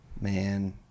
Man